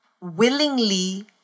willingly